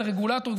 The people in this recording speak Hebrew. את הרגולטור,